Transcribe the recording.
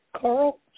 Carl